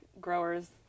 growers